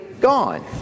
gone